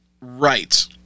Right